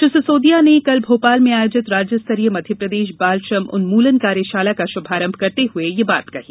श्री सिसोदिया ने कल भोपाल में आयोजित राज्य स्तरीय मध्यप्रदेश बाल श्रम उन्मूलन कार्यशाला का शुभारंभ करते हुए यह बात कही